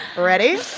ready?